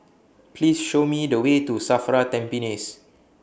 Please Show Me The Way to SAFRA Tampines